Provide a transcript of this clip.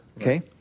Okay